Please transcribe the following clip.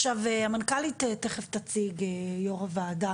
עכשיו, המנכ"לית תיכף תציג ליושב ראש הועדה